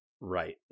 Right